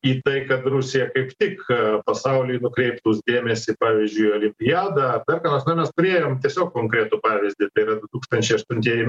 į tai kad rusija kaip tik pasauliui nukreipus dėmesį pavyzdžiui į olimpiadą ar dar ką nors na mes turėjom tiesiog konkretų pavyzdį tai yra du tūkstančiai aštuntieji